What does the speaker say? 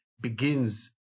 begins